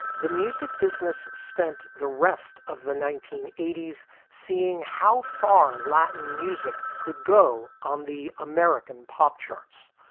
the music business spent the rest of the nineteen eighty s seeing how far latin music could go on the american pop charts.